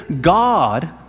God